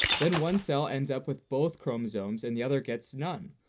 then one cell ends up with both chromosomes and the other gets none.